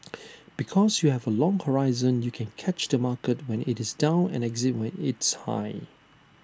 because you have A long horizon you can catch the market when IT is down and exit when it's high